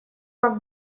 как